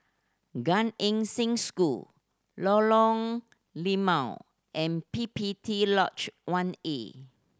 Gan Eng Seng School Lorong Limau and P P T Lodge One A